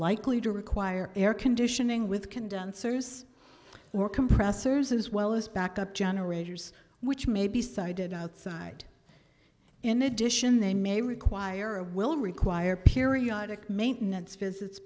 likely to require air conditioning with condensers or compressors as well as backup generators which may be sited outside in addition they may require a will require periodic maintenance visits